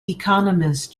economist